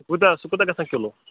سُہ کوٗتاہ سُہ کوٗتاہ گژھان کِلوٗ